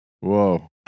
Whoa